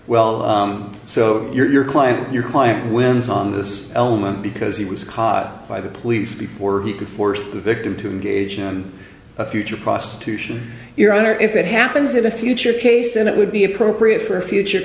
well so your client your client wins on this element because he was caught by the police before he could force the victim to engage him a future prostitution your honor if it happens in a future case then it would be appropriate for a future